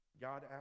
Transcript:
God